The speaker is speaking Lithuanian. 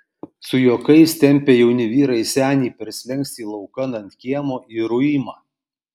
su juokais tempia jauni vyrai senį per slenkstį laukan ant kiemo į ruimą